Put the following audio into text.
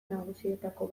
nagusietako